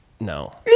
No